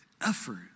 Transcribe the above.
effort